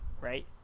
Right